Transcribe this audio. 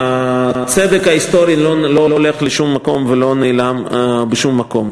הצדק ההיסטורי לא הולך לשום מקום ולא נעלם בשום מקום.